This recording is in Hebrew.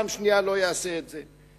ופעם שנייה הוא לא יעשה את זה.